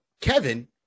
Kevin